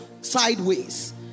sideways